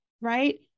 right